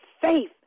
faith